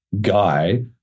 guy